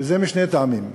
וזה משני טעמים.